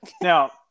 Now